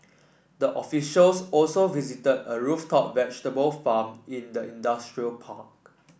the officials also visited a rooftop vegetable farm in the industrial park